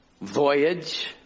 voyage